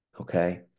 okay